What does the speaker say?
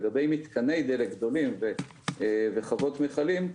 לגבי מתקני דלק גדולים וחוות מיכלים,